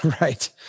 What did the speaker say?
Right